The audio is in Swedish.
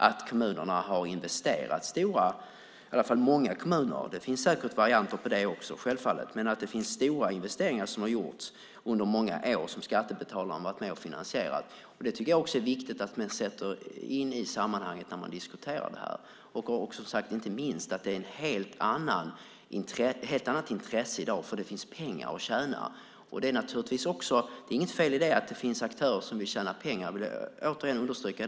Många kommuner har gjort stora investeringar under många år, men det finns självfallet varianter på det också. Skattebetalarna har varit med och finansierat detta. Jag tycker att det är viktigt att man sätter in det i sammanhanget när man diskuterar det här. Inte minst ska man tänka på att det är ett helt annat intresse i dag eftersom det finns pengar att tjäna. Det är inget generellt fel i att det finns aktörer som vill tjäna pengar; det vill jag återigen understryka.